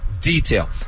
detail